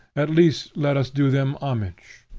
at least let us do them homage.